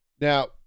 Now